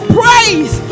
praise